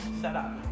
setup